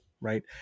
right